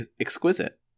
exquisite